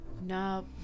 no